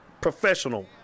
professional